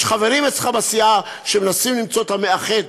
יש חברים אצלך בסיעה שמנסים למצוא את המאחד,